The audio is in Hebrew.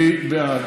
אני בעד.